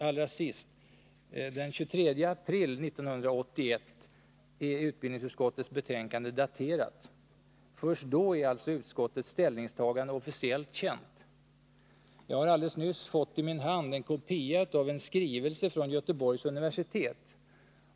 Allra sist: Utbildningsutskottets betänkande är daterat den 23 april 1981. Först då är alltså utskottets ställningstagande officiellt känt. Jag har alldeles nyss fått i min hand en kopia av en skrivelse från Göteborgs universitet.